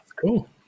Cool